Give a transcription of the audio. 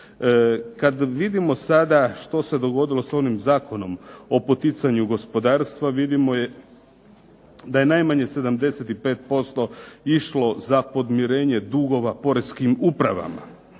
Kada vidimo sada što se dogodilo sa onim zakonom o poticanju gospodarstva vidimo da je najmanje 75% išlo za podmirenje dugova poreskim upravama.